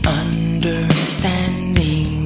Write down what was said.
understanding